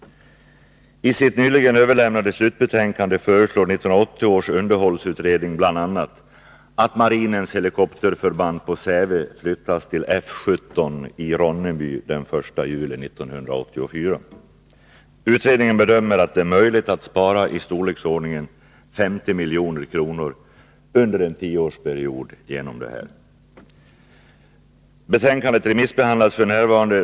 I sitt nyligen överlämnade slutbetänkande föreslår 1980 års underhållsutredning bl.a. att marinens helikopterförband på Säve flyttas till F 17 i Ronneby den 1 juli 1984. Utredningen bedömer att det härigenom är möjligt att spara i storleksordningen 50 milj.kr. under en tioårsperiod. Betänkandet remissbehandlas f. n.